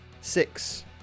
Six